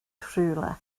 rhywle